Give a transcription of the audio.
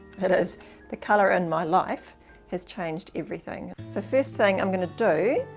it is the color in my life has changed everything. so first thing i'm gonna do